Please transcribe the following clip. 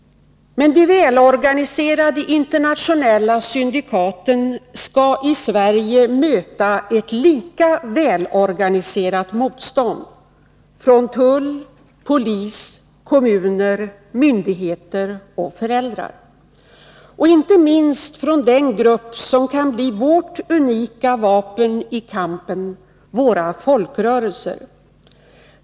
Men de välorganiserade internationella syndikaten skall i Sverige möta ett lika välorganiserat motstånd från tull, polis, kommuner, myndigheter och föräldrar och inte minst från den grupp som kan bli vårt unika vapen i kampen - våra folkrörelser.